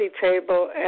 table